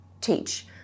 teach